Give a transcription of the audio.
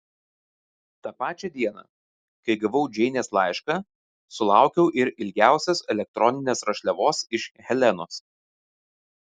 tą pačią dieną kai gavau džeinės laišką sulaukiau ir ilgiausios elektroninės rašliavos iš helenos